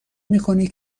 میکنی